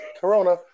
Corona